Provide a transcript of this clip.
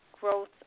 growth